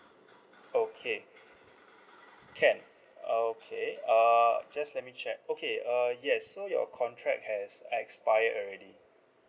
okay can okay uh just let me check okay uh yes so your contract has expired already